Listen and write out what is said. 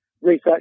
Research